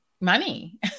money